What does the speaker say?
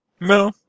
No